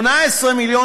18%,